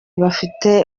bafite